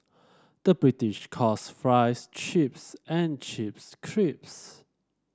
the British calls fries chips and chips